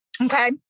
Okay